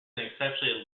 exceptionally